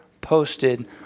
posted